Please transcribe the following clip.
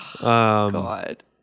God